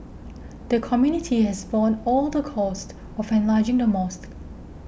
the community has borne all the costs of enlarging the mosque